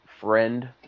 friend